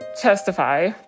testify